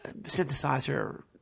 synthesizer